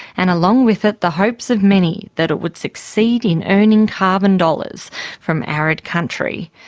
and along with it, the hopes of many that it would succeed in earning carbon dollars from arid country.